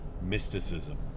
mysticism